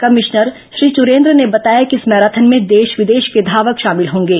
commissioner Shri Charendra ने बताया कि इस मैराथन में देश विदेश के धावक शामिल होंगे